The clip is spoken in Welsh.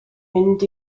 mynd